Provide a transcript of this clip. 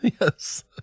Yes